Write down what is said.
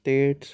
states